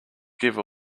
give